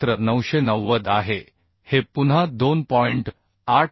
क्षेत्र 990 आहे हे पुन्हा 2